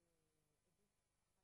הישיבה הבאה